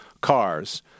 cars